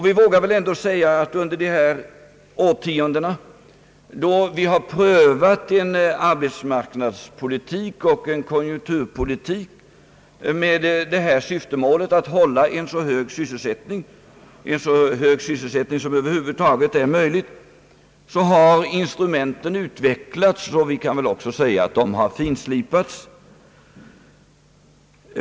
Vi vågar väl ändå säga att under de årtionden då vi har prövat en arbetsmarknadspolitik och en konjunkturpolitik med det syftemålet för ögonen att hålla en så hög sysselsättning som över huvud taget är möjligt har instrumenten utvecklats, och vi kan väl också säga att de har finslipats.